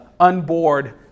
unboard